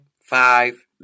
five